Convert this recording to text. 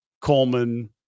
Coleman